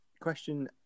Question